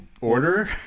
order